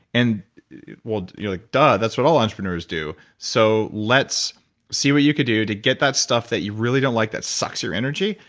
and you're like duh, that's what all entrepreneurs do. so, let's see what you could do to get that stuff that you really don't like, that sucks your energy.